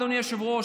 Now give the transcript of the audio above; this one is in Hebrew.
אדוני היושב-ראש,